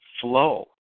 flow